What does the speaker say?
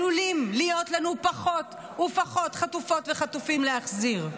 עלולים להיות לנו פחות ופחות חטופות וחטופים להחזיר.